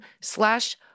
slash